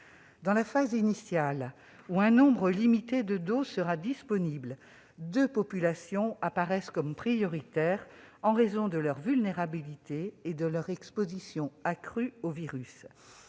Dans la phase initiale, durant laquelle un nombre limité de doses sera disponible, deux populations apparaissent prioritaires, en raison de leur vulnérabilité et de leur exposition accrue au virus.